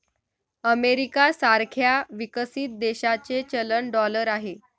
America सारख्या विकसित देशाचे चलन डॉलर आहे